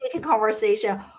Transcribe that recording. conversation